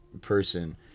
person